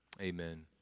Amen